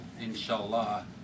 Inshallah